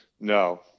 No